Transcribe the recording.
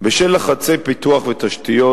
בשל לחצי פיתוח ותשתיות,